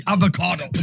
Avocado